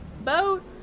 boat